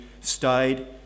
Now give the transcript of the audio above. stayed